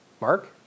Mark